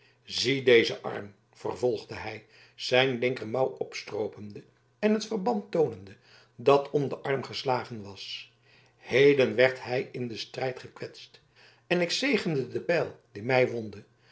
zie dezen arm vervolgde hij zijn linkermouw opstroopende en het verband toonende dat om den arm geslagen was heden werd hij in den strijd gekwetst en ik zegende den pijl die mij wondde